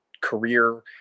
career